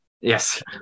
Yes